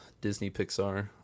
Disney-Pixar